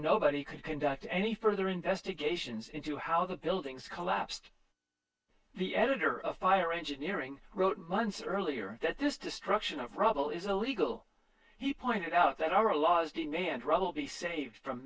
nobody could conduct any further investigations into how the buildings collapsed the editor of fire engineering wrote months earlier that this destruction of rubble is a legal he pointed out that our laws demand rather be safe from